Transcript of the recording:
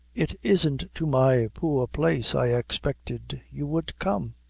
it isn't to my poor place i expected you would come.